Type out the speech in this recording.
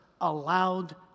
allowed